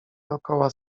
dokoła